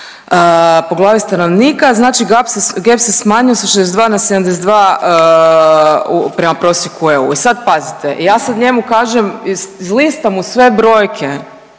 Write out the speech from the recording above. po glavi stanovnika, znači … se smanjio sa 62 na 72 prema prosjeku EU. I sad pazite ja sad njemu kažem izlistam mu sve brojke